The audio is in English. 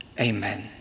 Amen